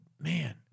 man